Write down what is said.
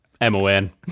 M-O-N